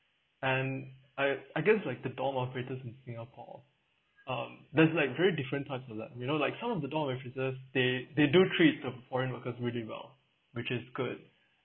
and I I guess like the dorm operators in singapore um that's like very different type of that you know like some of the dorm administrators they they don't treat the foreign workers really well which is good